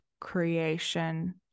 creation